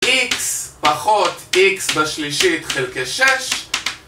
x פחות x בשלישית חלקי 6